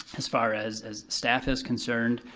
as far as as staff is concerned,